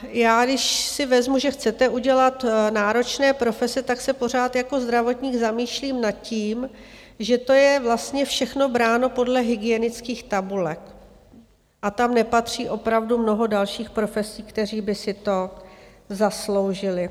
Já, když si vezmu, že chcete udělat náročné profese, tak se pořád jako zdravotník zamýšlím nad tím, že to je vlastně všechno bráno podle hygienických tabulek a tam nepatří opravdu mnoho dalších profesí, které by si to zasloužily.